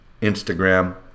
Instagram